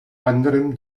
anderem